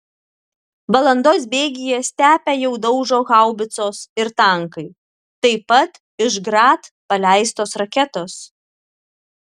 valandos bėgyje stepę jau daužo haubicos ir tankai taip pat iš grad paleistos raketos